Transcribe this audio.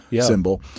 symbol